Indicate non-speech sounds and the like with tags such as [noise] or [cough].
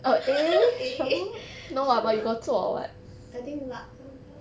[laughs] eh true mah I think luck lah luck